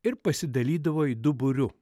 ir pasidalydavo į du būriu